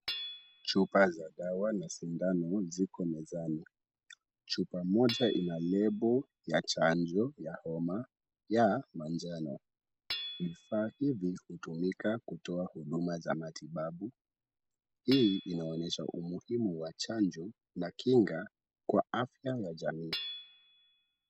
Chupa za dawa na sindano ziko mezani. Chupa moja ina lebo ya chanjo ya homa ya manjano. Vifaa hivi hutumika kutoa huduma za matibabu. Hii inaonyesha umuhimu wa chanjo na kinga kwa afya ya jamii.